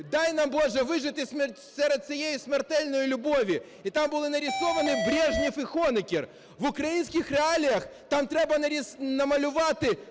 "Дай нам, Боже, вижити серед цієї смертельної любові". І там були нарисовані Брежнєв і Хонекер. В українських реаліях там треба намалювати